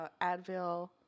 Advil